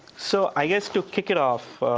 so i guess to kick it off,